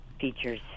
features